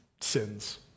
sins